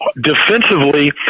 Defensively